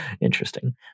interesting